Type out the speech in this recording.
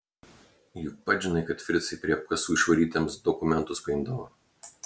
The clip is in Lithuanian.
juk pats žinai kad fricai prie apkasų išvarytiems dokumentus paimdavo